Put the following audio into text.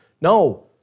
No